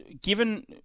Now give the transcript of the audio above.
given